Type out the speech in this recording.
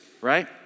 right